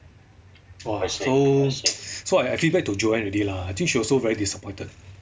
so so I feedback to joanne already lah I think she also very disappointed